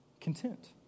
content